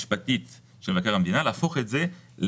המשפטית של מבקר המדינה היא להפוך את זה לחקיקה.